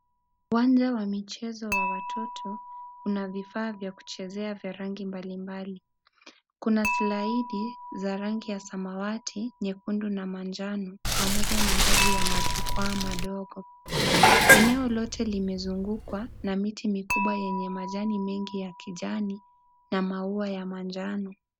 Uwanja wa michezo wa watoto, una vifaa vya kuchezea vya rangi mbalimbali. Kuna slides za rangi ya samawati, nyekundu na manjano, pamoja na ngazi ya majukwaa madogo. Eneo lote limezungukwa na miti mikubwa yenye majani mengi ya kijani na maua ya manjano.